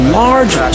large